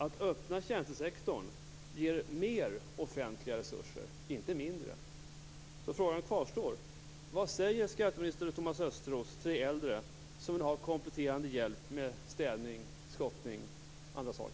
Att öppna tjänstesektorn ger mer offentliga resurser, inte mindre. Östros till äldre som vill ha kompletterande hjälp med städning, skottning och annat?